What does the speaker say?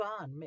on